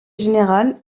générale